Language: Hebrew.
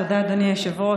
תודה, אדוני היושב-ראש.